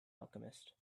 alchemist